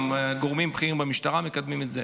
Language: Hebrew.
גם גורמים בכירים במשטרה מקדמים את זה.